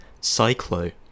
Cyclo